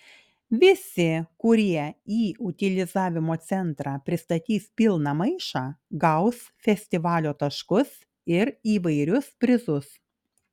visi kurie į utilizavimo centrą pristatys pilną maišą gaus festivalio taškus ir įvairius prizus